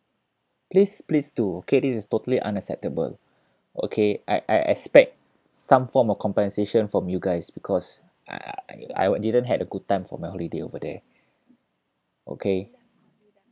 please please do okay this is totally unacceptable okay I I expect some form of compensation from you guys because uh uh I I didn't had a good time for my holiday over there okay